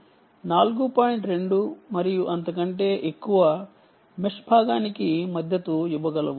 2 మరియు అంతకంటే ఎక్కువ మెష్ భాగానికి మద్దతు ఇవ్వగలవు